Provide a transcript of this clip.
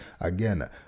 again